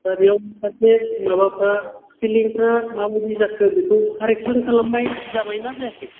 दा बेवाव मोनसे माबाफ्रा सिफिलिंफ्रा माबायदि जाखो बेखौ खारेखसन खालामबाय जाबायना जायाखै